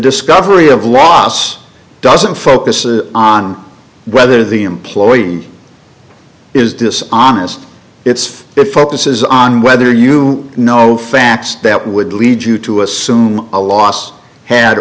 discovery of loss doesn't focus is on whether the employee is dishonest it's the focus is on whether you know facts that would lead you to assume a loss had